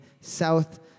South